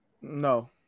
No